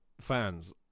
fans